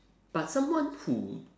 but someone who